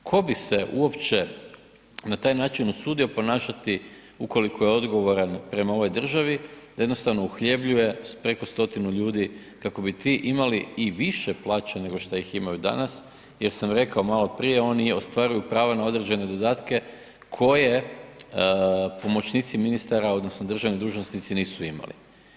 Tko bi se uopće na taj način usudio ponašati ukoliko je odgovoran prema ovoj državi da jednostavno uhljebljuje preko 100-tinu ljudi kako bi ti imali i više plaće nego šta ih imaju danas, jer sam rekao maloprije oni i ostvaruju prava na određene dodatke koje pomoćnici ministara odnosno državni dužnosnici nisu imali.